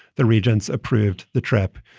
the regents approved the trip.